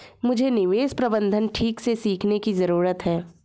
मुझे निवेश प्रबंधन ठीक से सीखने की जरूरत है